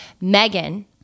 Megan